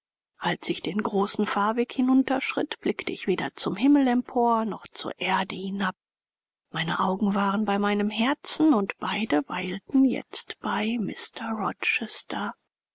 als ich den großen fahrweg hinunterschritt blickte ich weder zum himmel empor noch zur erde hinab meine augen waren bei meinem herzen und beide weilten jetzt bei